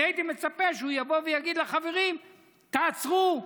אני הייתי מצפה שהוא יבוא ויגיד לחברים: תעצרו,